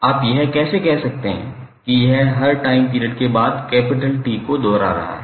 आप यह कैसे कह सकते हैं कि यह हर टाइम पीरियड के बाद कैपिटल T को दोहरा रहा है